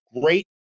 great